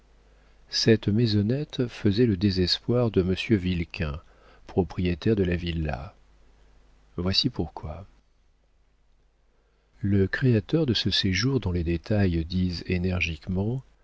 cette maisonnette faisait le désespoir de monsieur vilquin propriétaire de la villa voici pourquoi le créateur de ce séjour dont les détails disent énergiquement